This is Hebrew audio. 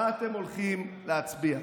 מה אתם הולכים להצביע?